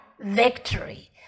victory